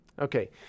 Okay